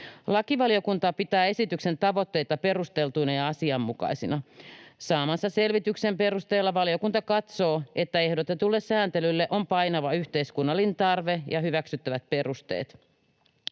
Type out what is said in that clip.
Lakivaliokunta pitää esityksen tavoitteita perusteltuina ja asianmukaisina. Saamansa selvityksen perusteella valiokunta katsoo, että ehdotetulle sääntelylle on painava yhteiskunnallinen tarve ja hyväksyttävät perusteet.